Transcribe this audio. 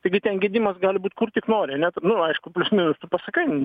taigi ten gedimas gali būt kur tik nori ane nu aišku plius minus pasakai